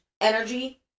energy